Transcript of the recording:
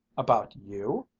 about you?